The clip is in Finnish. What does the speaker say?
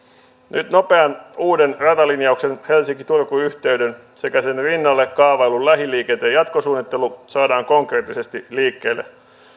nyt nopean uuden ratalinjauksen helsinki turku yhteyden sekä sen rinnalle kaavaillun lähiliikenteen jatkosuunnittelu saadaan konkreettisesti liikkeelle